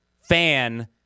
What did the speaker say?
fan